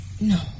No